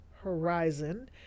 Horizon